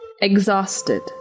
Exhausted